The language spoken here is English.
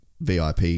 VIP